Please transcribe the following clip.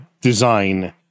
design